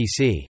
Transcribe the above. PC